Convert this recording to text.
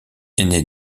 ainé